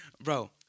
Bro